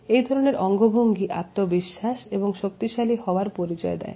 এই ধরনের অঙ্গভঙ্গি আত্মবিশ্বাস এবং শক্তিশালী হওয়ার পরিচয় দেয়